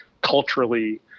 culturally